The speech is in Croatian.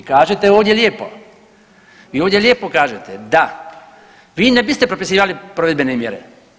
Vi kažete ovdje lijepo, vi ovdje lijepo kažete da vi ne biste propisivali provedbene mjere.